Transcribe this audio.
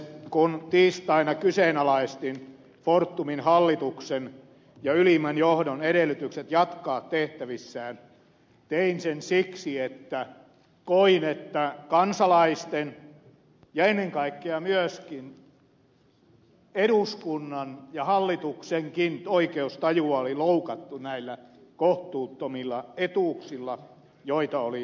kun tiistaina kyseenalaistin fortumin hallituksen ja ylimmän johdon edellytykset jatkaa tehtävissään tein sen siksi että koin että kansalaisten ja ennen kaikkea myöskin eduskunnan ja hallituksenkin oikeustajua oli loukattu näillä kohtuuttomilla etuuksilla joita oli rahastettu